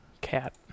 Cat